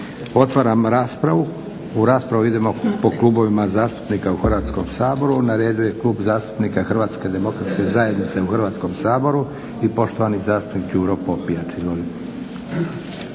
Otvaram raspravu. U raspravu idemo po klubovima zastupnika u Hrvatskom saboru. Na redu je Klub zastupnika HDZ-a u Hrvatskom saboru i poštovani zastupnik Đuro Popijač.